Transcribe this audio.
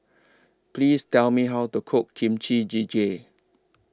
Please Tell Me How to Cook Kimchi Jjigae